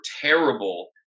terrible